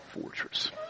fortress